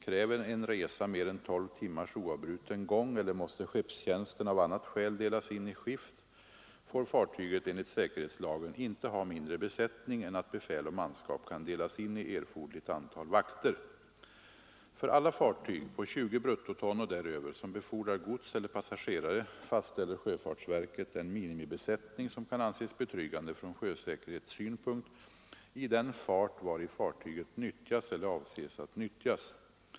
Kräver en resa mer än tolv timmars oavbruten gång eller måste skeppstjänsten av annat skäl delas in i skift, får fartyget enligt säkerhetslagen inte ha mindre besättning än att befäl och manskap kan delas in i erforderligt antal vakter. För alla fartyg på 20 bruttoton och däröver som befordrar gods eller passagerare fastställer sjöfartsverket den minimibesättning som kan anses betryggande från sjösäkerhetssynpunkt i den fart vari fartyget nyttjas eller avses att nyttjas.